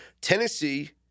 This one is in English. Tennessee—